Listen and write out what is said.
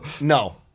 no